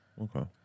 Okay